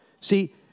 See